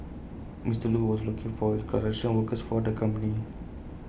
Mister Lu was looking for construction workers for the company